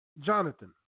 Jonathan